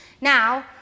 Now